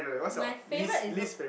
my favourite is zo~